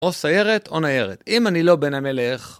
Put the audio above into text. או סיירת או ניירת, אם אני לא בן המלך.